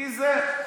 מי זה?